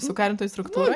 sukarintoj struktūroj